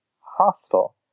hostile